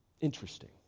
interesting